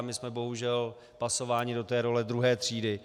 My jsme bohužel pasováni do té role druhé třídy.